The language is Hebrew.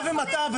טועה ומטעה,